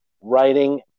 writing